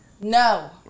No